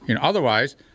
Otherwise